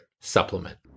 supplement